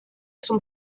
zum